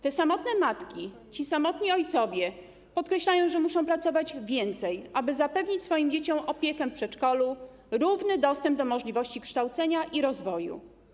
Te samotne matki i ci samotni ojcowie podkreślają, że muszą pracować więcej, aby zapewnić swoim dzieciom opiekę w przedszkolu, równy dostęp do możliwości kształcenia i rozwoju.